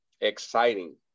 exciting